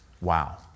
Wow